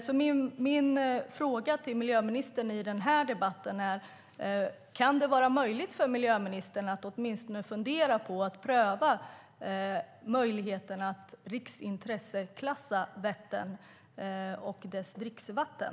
Min fråga till miljöministern i denna debatt är: Kan det vara möjligt för miljöministern att åtminstone fundera på att pröva möjligheten att riksintresseklassa Vättern och dess dricksvatten?